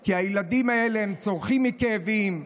כי הילדים האלה צורחים מכאבים,